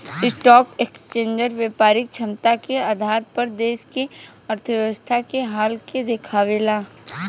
stock exchange व्यापारिक क्षमता के आधार पर देश के अर्थव्यवस्था के हाल के देखावेला